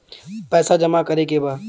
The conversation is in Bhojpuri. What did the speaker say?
पैसा जमा करे के बा?